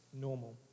normal